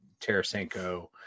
Tarasenko